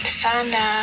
sana